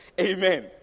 amen